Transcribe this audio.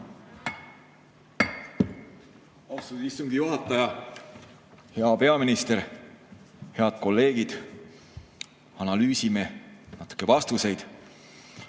Austatud istungi juhataja! Hea peaminister! Head kolleegid! Analüüsime natuke vastuseid.